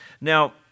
Now